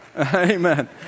Amen